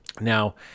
Now